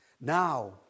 Now